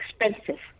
expensive